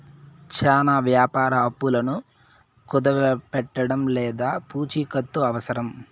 చానా వ్యాపార అప్పులను కుదవపెట్టడం లేదా పూచికత్తు అవసరం